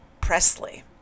Presley